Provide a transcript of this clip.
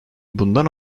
bundan